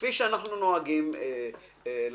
כפי שאנחנו נוהגים לעשות.